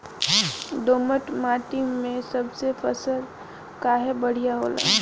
दोमट माटी मै सब फसल काहे बढ़िया होला?